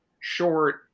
short